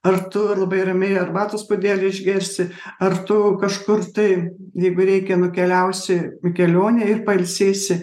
ar tu labai ramiai arbatos puodelį išgersi ar tu kažkur tai jeigu reikia nukeliausi į kelionę ir pailsėsi